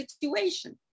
situation